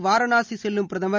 வாரணாசி செல்லும் பிரதமர்